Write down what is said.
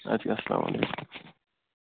اَدٕ کیٛاہ اَسلامُ علیکم